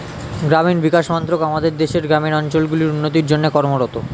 গ্রামীণ বিকাশ মন্ত্রক আমাদের দেশের গ্রামীণ অঞ্চলগুলির উন্নতির জন্যে কর্মরত